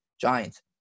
Giants